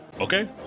Okay